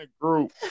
group